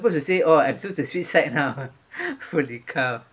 suppose to say oh I'm supposed to switch side now holy cow